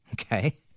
Okay